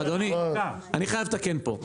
אדוני, אני חייב לתקן פה.